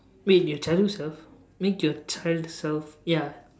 make your childhood self make your child self ya